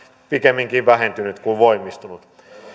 pikemminkin vähentynyt kuin voimistunut